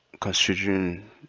considering